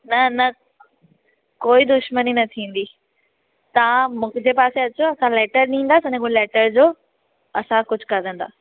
न न कोई दुश्मनी न थींदी तव्हां मुंहिंजे पासे अचो असां लेटर ॾींदासि अने हू लेटर जो असां कुझु करंदा